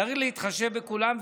צריך להתחשב בכולם,